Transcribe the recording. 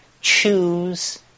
choose